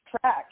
track